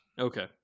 okay